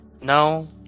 No